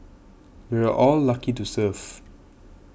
we're all lucky to serve